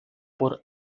por